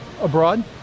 abroad